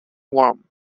warm